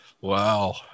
Wow